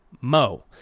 Mo